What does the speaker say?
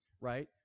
right